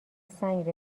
سنگ